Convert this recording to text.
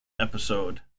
episode